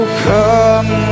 come